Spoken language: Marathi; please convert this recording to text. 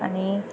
आणि